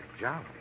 job